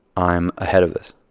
i'm ahead of this.